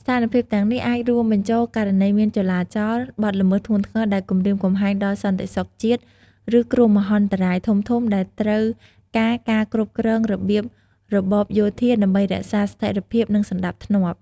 ស្ថានភាពទាំងនេះអាចរួមបញ្ចូលករណីមានចលាចល បទល្មើសធ្ងន់ធ្ងរដែលគំរាមកំហែងដល់សន្តិសុខជាតិ ឬគ្រោះមហន្តរាយធំៗដែលត្រូវការការគ្រប់គ្រងរបៀបរបបយោធាដើម្បីរក្សាស្ថេរភាពនិងសណ្តាប់ធ្នាប់។